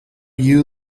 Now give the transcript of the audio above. you